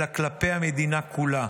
אלא כלפי המדינה כולה,